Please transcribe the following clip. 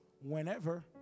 whenever